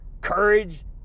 courage